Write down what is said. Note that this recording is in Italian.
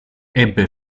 ebbe